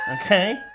Okay